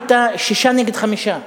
היתה שישה נגד חמישה,